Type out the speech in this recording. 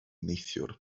neithiwr